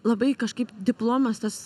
labai kažkaip diplomas tas